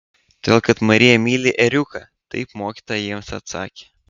todėl kad marija myli ėriuką taip mokytoja jiems atsakė